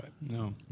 No